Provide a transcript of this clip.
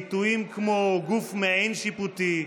ביטויים כמו: גוף מעין שיפוטי,